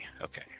Okay